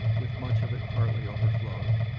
with much of it partly overflowed.